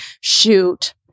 Shoot